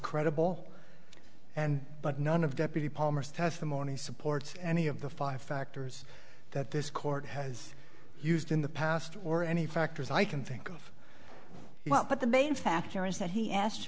credible and but none of deputy palmer's testimony supports any of the five factors that this court has used in the past or any factors i can think of well but the main factor here is that he asked